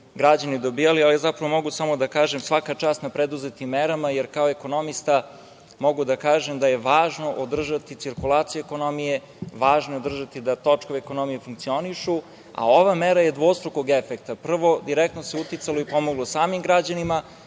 građani dobijali, ali zapravo mogu samo da kažem – svaka čast na preduzetim merama, jer kao ekonomista mogu da kažem da je važno održati cirkulaciju ekonomije, važno je održati da točkovi ekonomije funkcionišu, a ova mera je dvostrukog efekta. Prvo, direktno se uticalo i pomoglo samim građanima